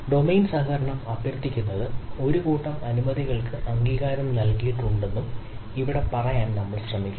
domain സഹകരണം അഭ്യർത്ഥിക്കുന്നത് ഒരു കൂട്ടം അനുമതികൾക്ക് അംഗീകാരം നൽകിയിട്ടുണ്ടെന്നും ഇവിടെ പറയാൻ നമ്മൾ ശ്രമിക്കുന്നു